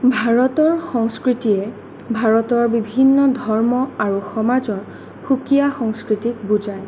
ভাৰতৰ সংস্কৃতিয়ে ভাৰতৰ বিভিন্ন ধৰ্ম আৰু সমাজৰ সুকীয়া সংস্কৃতিক বুজায়